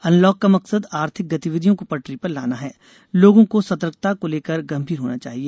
unlock का मकसद आर्थिक गतिविधियों को पटरी पर लाना है लोगों को सतर्कता को लेकर गंभीर होना चाहिए